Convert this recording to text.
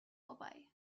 vorbei